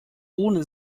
ohne